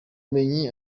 bumenyi